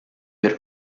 per